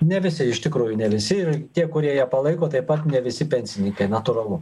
ne visi iš tikrųjų ne visi ir tie kurie ją palaiko taip pat ne visi pensininkai natūralu